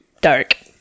dark